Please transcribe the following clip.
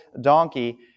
donkey